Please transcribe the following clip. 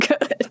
good